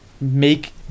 make